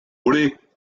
volés